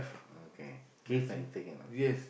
okay give and take and